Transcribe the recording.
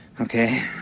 Okay